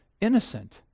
innocent